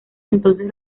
entonces